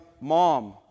mom